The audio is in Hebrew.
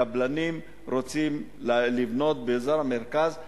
קבלנים רוצים לבנות באזור המרכז,